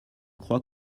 crois